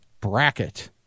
Bracket